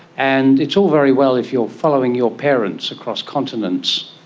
and it's all very well if you are following your parents across continents,